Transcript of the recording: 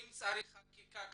ואם צריך דרך